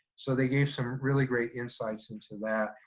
so they gave some really great insights into that.